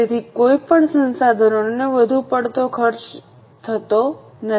તેથી કોઈ પણ સંસાધનનો વધુ પડતો ખર્ચ થતો નથી